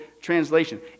Translation